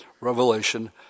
Revelation